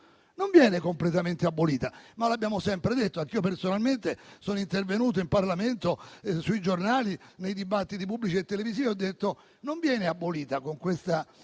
Non viene completamente abolita, e l'abbiamo sempre detto; personalmente, sono intervenuto in Parlamento, sui giornali e nei dibattiti pubblici e televisivi chiarendo che non viene abolita con questa